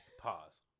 Pause